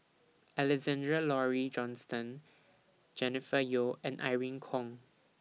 Alexander Laurie Johnston Jennifer Yeo and Irene Khong